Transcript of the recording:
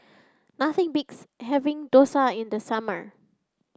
nothing beats having dosa in the summer